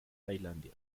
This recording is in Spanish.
tailandia